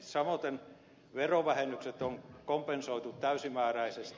samoiten verovähennykset on kompensoitu täysimääräisesti